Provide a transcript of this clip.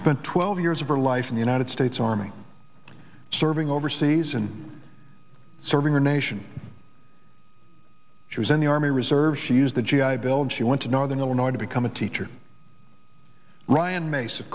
spent twelve years of her life in the united states army serving overseas and serving the nation she was in the army reserves she used the g i bill and she went to northern illinois to become a teacher ryan m